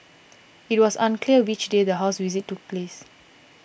it was unclear which day the house visit took place